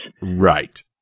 Right